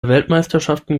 weltmeisterschaften